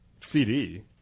CD